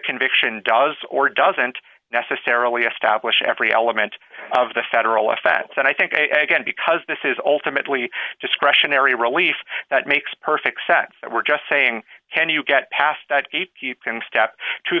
conviction does or doesn't necessarily establish every element of the federal offense and i think again because this is ultimately discretionary relief that makes perfect sense that we're just saying can you get past eight you can step to